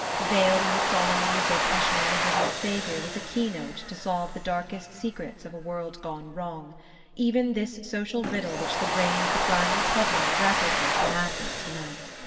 veiled in the solemn music ushering the risen saviour was a key-note to solve the darkest secrets of a world gone wrong even this social riddle which the brain of the grimy puddler grappled with madly to-night.